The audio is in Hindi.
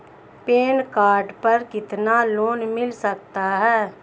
पैन कार्ड पर कितना लोन मिल सकता है?